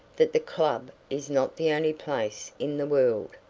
that the club is not the only place in the world.